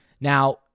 now